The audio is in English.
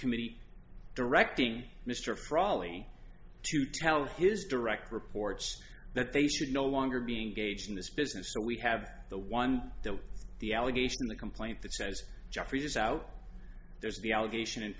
committee directing mr frawley to tell his direct reports that they should no longer being gauged in this business so we have the one that the allegation in the complaint that says jeffrey's out there is the allegation